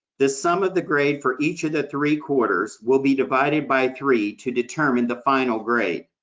the sum of the grade for each of the three quarters will be divided by three to determine the final grade.